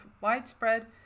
widespread